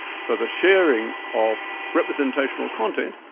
so the sharing of representational content,